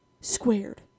squared